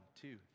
two